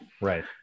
Right